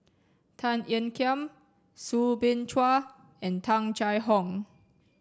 Tan Ean Kiam Soo Bin Chua and Tung Chye Hong